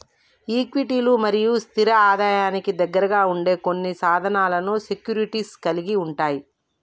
ఈక్విటీలు మరియు స్థిర ఆదాయానికి దగ్గరగా ఉండే కొన్ని సాధనాలను సెక్యూరిటీస్ కలిగి ఉంటయ్